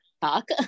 talk